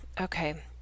Okay